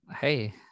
Hey